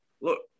look